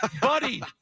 Buddy